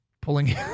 pulling